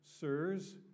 Sirs